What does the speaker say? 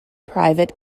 private